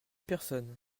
personnes